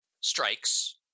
strikes